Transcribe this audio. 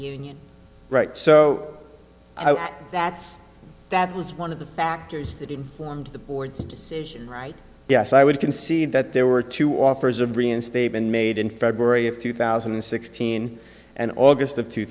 union right so that's that was one of the factors that informed the board's decision right yes i would concede that there were two offers of reinstatement made in february of two thousand and sixteen and august of two